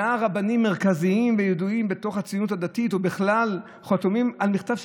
מאה רבנים מרכזיים וידועים בתוך הציונות הדתית ובכלל חתומים על מכתב,